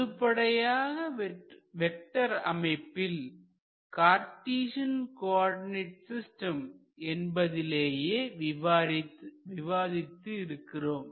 பொதுப்படையான vector அமைப்பில் Cartesian coordinate system என்பதிலேயே விவரித்து இருக்கிறோம்